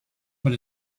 but